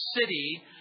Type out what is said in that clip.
city